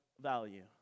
value